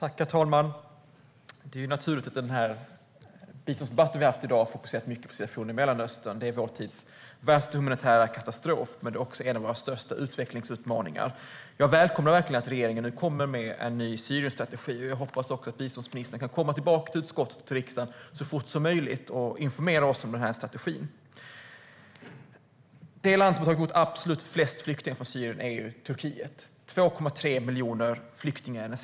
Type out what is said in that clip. Herr talman! Det är naturligt att den biståndsdebatt vi haft i dag fokuserat mycket på situationen i Mellanöstern. Det är vår tids värsta humanitära katastrof, men det är också en av våra största utvecklingsutmaningar. Jag välkomnar verkligen att regeringen nu kommer med en ny Syrienstrategi. Jag hoppas också att biståndsministern kan komma tillbaka till utskottet och riksdagen så fort som möjligt och informera oss om strategin. Det land som har tagit emot absolut flest flyktingar från Syrien är Turkiet. Den senaste siffran är 2,3 miljoner flyktingar.